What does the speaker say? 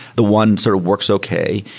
the one sort of works okay.